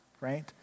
right